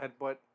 headbutt